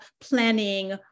planning